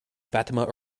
fatima